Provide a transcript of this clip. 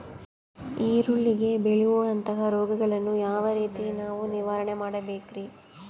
ಈರುಳ್ಳಿಗೆ ಬೇಳುವಂತಹ ರೋಗಗಳನ್ನು ಯಾವ ರೇತಿ ನಾವು ನಿವಾರಣೆ ಮಾಡಬೇಕ್ರಿ?